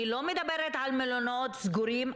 לא מדברת על מלונות סגורים.